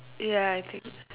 ya I think